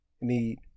need